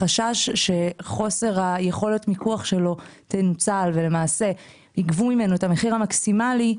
החשש שחוסר היכולת מיקוח שלו תנוצל ולמעשה יגבו ממנו את המחיר המקסימלי,